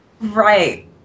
Right